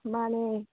ꯃꯥꯅꯦ